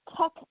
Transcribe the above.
tech